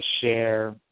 share